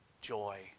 joy